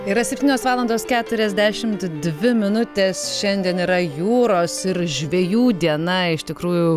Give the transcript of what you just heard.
yra septynios valandos keturiasdešimt dvi minutės šiandien yra jūros ir žvejų diena iš tikrųjų